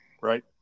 right